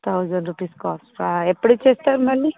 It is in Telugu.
థౌజండ్ రూపీస్ కాస్టా ఎప్పుడిచ్చేస్తారు మళ్ళీ